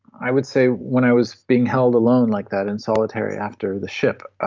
i would say when i was being held alone like that in solitary after the ship, ah